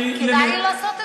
כדאי לעשות את זה.